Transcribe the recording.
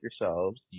yourselves